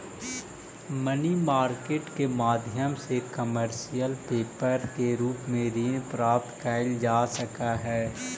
money market के माध्यम से कमर्शियल पेपर के रूप में ऋण प्राप्त कईल जा सकऽ हई